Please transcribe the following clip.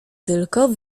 tylko